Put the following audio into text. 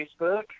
Facebook